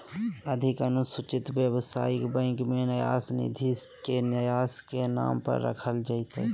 अधिक अनुसूचित व्यवसायिक बैंक में न्यास निधि के न्यास के नाम पर रखल जयतय